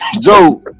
Joe